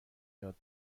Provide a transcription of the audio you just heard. یاد